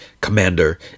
commander